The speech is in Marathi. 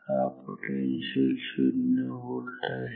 हा पोटेन्शिअल 0V आहे